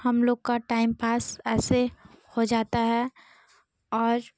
हमलोग का time pass ऐसे हो जाता है और